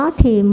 thì